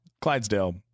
Clydesdale